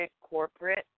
corporate